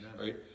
Right